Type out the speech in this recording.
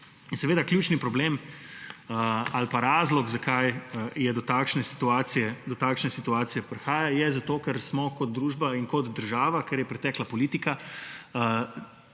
In ključni problem ali pa razlog, zakaj do takšne situacije prihaja, je, ker smo kot družba in kot država, ker je pretekla politika